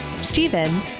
Stephen